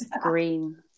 green